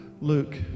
Luke